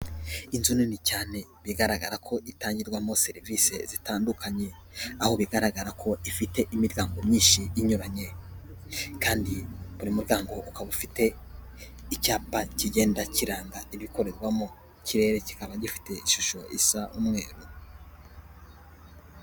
Inzu nini cyane, bigaragara ko itangirwamo serivisi zitandukanye, aho bigaragara ko ifite imiryango myinshi inyuranye kandi buri muryango ukaba ufite icyapa kigenda kiranga ibikorerwamo, ikirere kikaba gifite ishusho isa umweru.